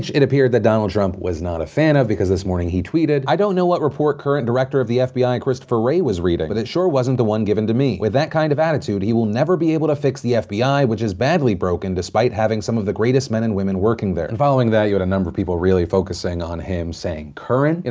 it appeared that donald trump was not a fan of, because this morning he tweeted, i don't know what report current director of the fbi christopher wray was reading, but it sure wasn't the one given to me. with that kind of attitude, he will never be able to fix the fbi, which is badly broken despite having some of the greatest men and women working there. and following that, you had a number of people really focusing on him saying current. you